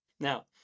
Now